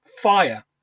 fire